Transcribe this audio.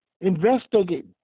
investigate